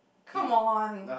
come on